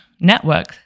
network